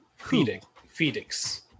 FedEx